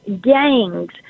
gangs